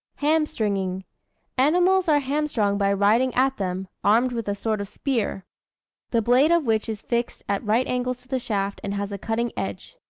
amstringing animals are hamstrung by riding at them, armed with a sort of spear the blade of which is fixed at right angles to the shaft, and has a cutting edge.